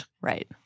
Right